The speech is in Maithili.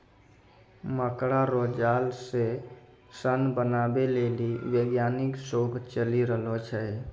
मकड़ा रो जाल से सन बनाबै लेली वैज्ञानिक शोध चली रहलो छै